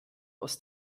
aus